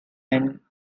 and